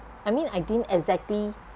I mean I didn't exactly